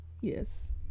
Yes